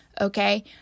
okay